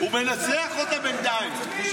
הוא מנצח אותה בינתיים.